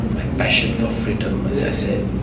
my passion for freedom, as i said,